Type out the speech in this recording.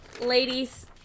Ladies